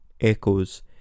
echoes